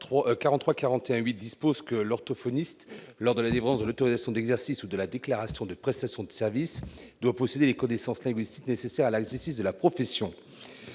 est marqué que l'orthophoniste, lors de la délivrance de l'autorisation d'exercice ou de la déclaration de prestations de services doit posséder les connaissances linguistiques nécessaires à l'exercice de la profession,